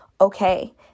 okay